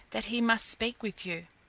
that he must speak with you.